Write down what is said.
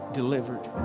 delivered